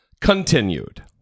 continued